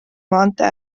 maantee